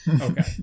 Okay